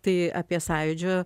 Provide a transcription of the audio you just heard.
tai apie sąjūdžio